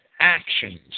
actions